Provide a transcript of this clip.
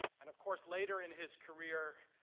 and of course later in his career,